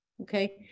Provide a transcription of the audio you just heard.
Okay